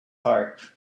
heart